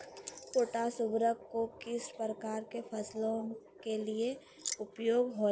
Potash उर्वरक को किस प्रकार के फसलों के लिए उपयोग होईला?